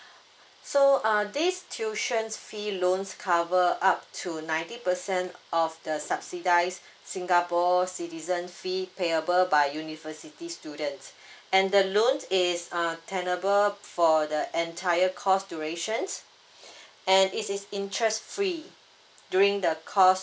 so uh this tuition fee loans cover up to ninety percent of the subsidised singapore citizen fee payable by university students and the loan is uh tenable for the entire course durations and it is interest free during the course